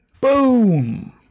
Boom